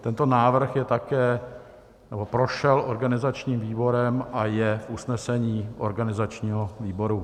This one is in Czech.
Tento návrh prošel organizačním výborem a je v usnesení organizačního výboru.